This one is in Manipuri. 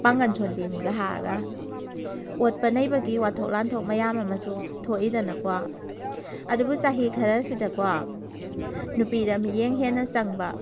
ꯄꯥꯡꯒꯟ ꯁꯣꯟꯕꯤꯅꯤꯒ ꯍꯥꯏꯔꯒ ꯑꯣꯠꯄ ꯅꯩꯕꯒꯤ ꯋꯥꯊꯣꯛ ꯂꯥꯟꯊꯣꯛ ꯃꯌꯥꯝ ꯑꯃꯁꯨ ꯊꯣꯛꯏꯗꯅꯀꯣ ꯑꯗꯨꯕꯨ ꯆꯍꯤ ꯈꯔꯁꯤꯗꯀꯣ ꯅꯨꯄꯤꯗ ꯃꯤꯠꯌꯦꯡ ꯍꯦꯟꯅ ꯆꯪꯕ